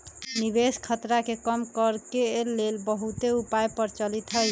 निवेश खतरा के कम करेके के लेल बहुते उपाय प्रचलित हइ